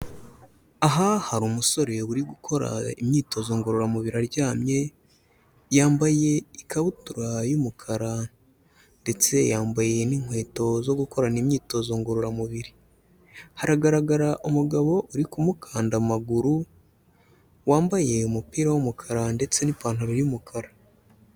Aha hari umusore uri gukora imyitozo ngororamubiri aryamye, yambaye ikabutura y'umukara ndetse yambaye n'inkweto zo gukorana imyitozo ngororamubiri, haragaragara umugabo uri kumukanda amaguru wambaye umupira w'umukara ndetse n'ipantaro y'umukara.